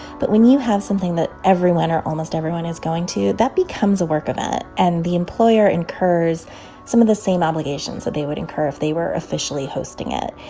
but when you have something that everyone or almost everyone is going to, that becomes a work event. and the employer incurs some of the same obligations that they would incur if they were officially hosting it,